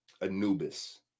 anubis